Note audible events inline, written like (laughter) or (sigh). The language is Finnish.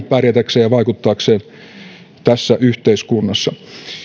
(unintelligible) pärjätäkseen ja vaikuttaakseen tässä yhteiskunnassa